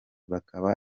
bakaba